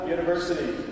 University